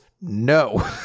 No